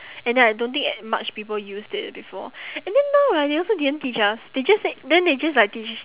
and then I don't think much people used it before and then now right they also didn't teach us they just said then they just like teach